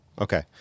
Okay